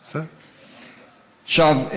עכשיו,